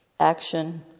Action